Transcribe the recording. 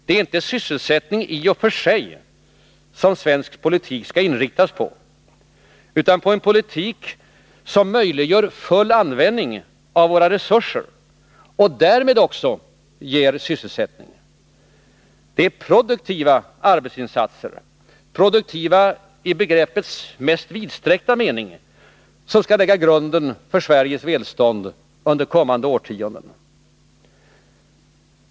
Det är inte sysselsättning i och för sig som svensk politik skall inriktas på, utan på en politik som möjliggör full användning av våra resurser och därmed också ger sysselsättning. Det är produktiva arbetsinsatser — produktiva i begreppets mest vidsträckta mening — som skall lägga grunden för Sveriges välstånd under kommande årtionden.